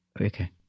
Okay